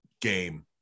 game